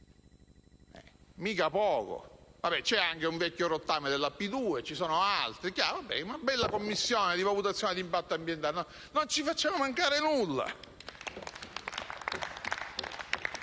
mica poco. Poi c'è anche un vecchio rottame della P2 e ci sono altri. Insomma, è una bella Commissione di valutazione di impatto ambientale. Non ci facciamo mancare nulla.